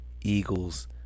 eagles